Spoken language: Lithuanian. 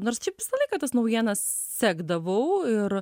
nors šiaip visą laiką tas naujienas sekdavau ir